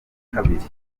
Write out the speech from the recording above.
kabiri